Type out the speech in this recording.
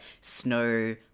snow